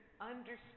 understand